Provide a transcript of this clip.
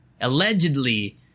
Allegedly